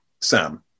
Sam